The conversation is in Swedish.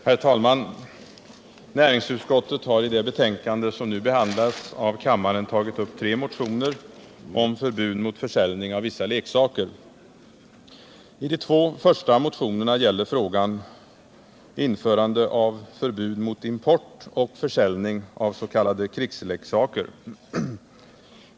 Herr talman! Näringsutskottet har i det betänkande som nu behandlas av kammaren tagit upp tre motioner om förbud mot försäljning av vissa leksaker. I de två första motionerna gäller frågan införande av förbud mot import och försäljning av s.k. krigsleksaker.